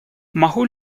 могу